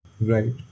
Right